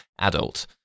adult